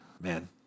Man